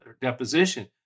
deposition